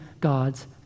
God's